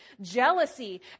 jealousy